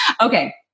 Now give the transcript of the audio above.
Okay